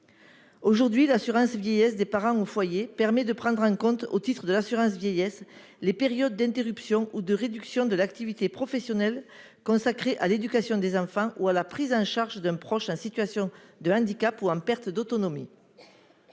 Aujourd'hui, l'assurance vieillesse des parents au foyer permet de prendre en compte, au titre de l'assurance vieillesse, les périodes d'interruption ou de réduction de l'activité professionnelle consacrée à l'éducation des enfants ou à la prise en charge d'un proche en situation de handicap ou en perte d'autonomie.